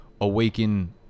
awaken